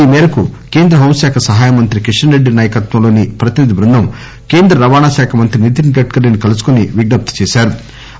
ఈ మేరకు కేంద్ర హోంకాఖ సహాయ మంత్రి కిషన్ రెడ్డి నాయకత్వంలోని ప్రతినిధి బృంధం కేంద్ర రవాణాశాఖ మంత్రి నితిన్ గడ్కరీని కలుసుకుని విజప్తి చేసింది